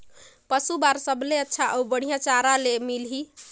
पशु बार सबले अच्छा अउ बढ़िया चारा ले मिलही?